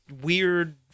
weird